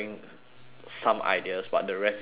some ideas but the rest is their own